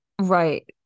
right